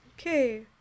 Okay